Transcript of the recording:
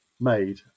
made